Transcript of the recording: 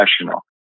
professional